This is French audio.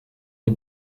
les